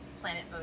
planet